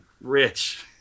Rich